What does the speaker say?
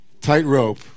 tightrope